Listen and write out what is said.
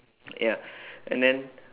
ya and then